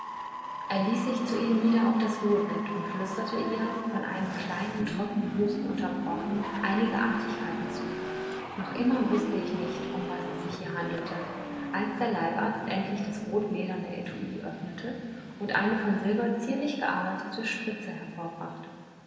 er ließ sich zu ihr nieder auf das ruhebett und flüsterte ihr von einem kleinen trocknen husten unterbrochen einige artigkeiten zu noch immer mußte ich nicht um was es sich hier handelte als der leibarzt endlich das rotlederne etui öffnete und eine von silber zierlich gearbeitete